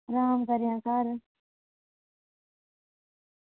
राम करेआं घर